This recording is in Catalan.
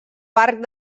parc